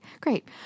great